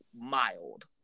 mild